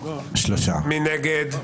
מי נגד?